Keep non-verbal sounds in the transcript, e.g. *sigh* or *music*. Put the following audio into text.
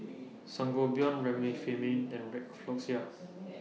Sangobion Remifemin and *unintelligible* Floxia